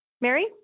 Mary